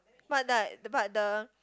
but like but the